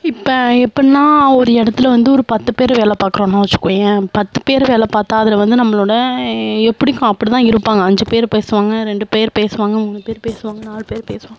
இப்போ எப்பிடினா ஒரு இடத்துல வந்து ஒரு பத்துப் பேர் வேலை பார்க்குறோனா வெச்சுக்கோயேன் பத்துப் பேர் வேலை பார்த்தா அதில் வந்து நம்மளோடய எப்படிக்கும் அப்படி தான் இருப்பாங்க அஞ்சுப் பேர் பேசுவாங்க ரெண்டுப் பேர் பேசுவாங்க மூணு பேர் பேசுவாங்க நாலு பேர் பேசுவாங்க